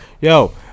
yo